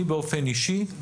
אני באופן אישי,